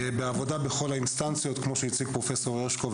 בעבודה בכל האינסטנציות, כמו שהציג פרופסור הרשקו.